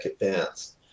Advanced